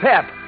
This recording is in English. Pep